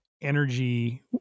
energy